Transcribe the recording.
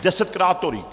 Desetkrát tolik.